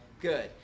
Good